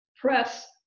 press